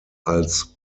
als